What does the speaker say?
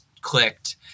clicked